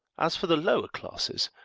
as for the lower classes,